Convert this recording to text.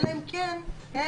אלא אם כן הם,